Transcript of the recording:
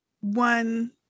one